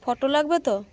photo লাগবে তো